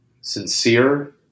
sincere